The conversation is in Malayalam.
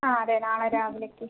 ആ അതേ നാളെ രാവിലേക്ക്